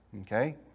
Okay